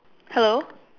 hello